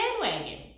bandwagon